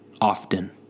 often